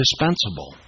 indispensable